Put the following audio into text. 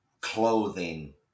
clothing